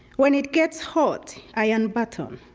when it gets hot, i unbutton.